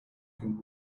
can